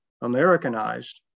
Americanized